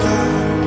God